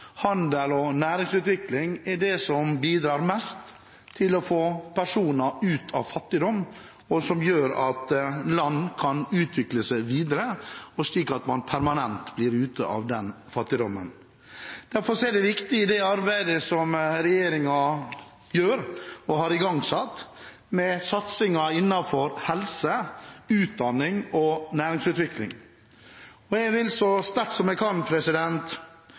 og næringsutvikling som bidrar mest til å få personer ut av fattigdom, og som gjør at land kan utvikle seg videre slik at man permanent kommer ut av fattigdommen. Derfor er det viktig i det arbeidet som regjeringen gjør, og har igangsatt, med satsingen innenfor helse, utdanning og næringsutvikling. Jeg vil så sterkt jeg kan,